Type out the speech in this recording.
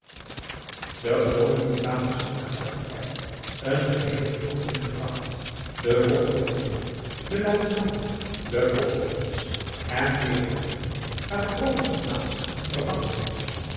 de gewone mutaties hadden na korten tijd een geheele verandering gebracht de controleur de luitenant de postcommies en meer anderen waren overgeplaatst en vervangen